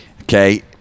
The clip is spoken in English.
Okay